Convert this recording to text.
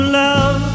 love